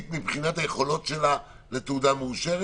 מבחינת היכולות שלה לתעודה מאושרת?